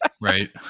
right